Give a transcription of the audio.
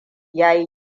yayi